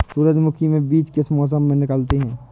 सूरजमुखी में बीज किस मौसम में निकलते हैं?